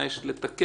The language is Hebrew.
מה יש לתקן